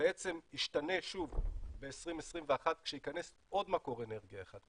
בעצם ישתנה שוב ב-2021 כשייכנס עוד מקור אנרגיה אחד.